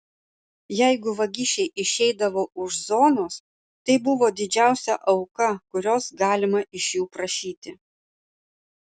jeigu vagišiai išeidavo už zonos tai buvo didžiausia auka kurios galima iš jų prašyti